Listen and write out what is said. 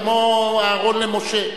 כמו אהרן למשה,